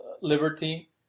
liberty